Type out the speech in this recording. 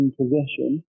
possession